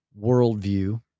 worldview